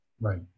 right